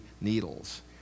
needles